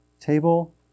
table